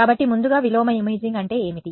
కాబట్టి ముందుగా విలోమ ఇమేజింగ్ అంటే ఏమిటి